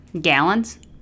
Gallons